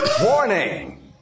Warning